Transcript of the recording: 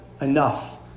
enough